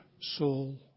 soul